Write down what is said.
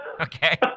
okay